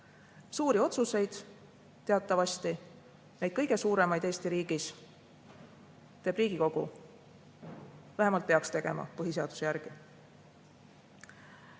Suuri otsuseid teatavasti, neid kõige suuremaid Eesti riigis, teeb Riigikogu. Vähemalt peaks tegema põhiseaduse järgi.